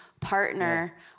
partner